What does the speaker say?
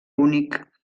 únic